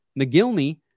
McGilney